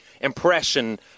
impression